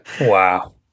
Wow